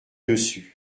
dessus